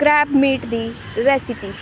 crab meat ਦੀ recipe